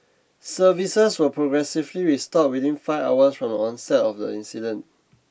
services were progressively restored within five hours from the onset of the incident